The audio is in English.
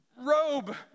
robe